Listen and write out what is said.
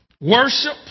worship